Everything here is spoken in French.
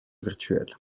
virtuelle